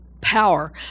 power